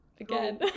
again